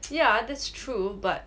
yeah that's true but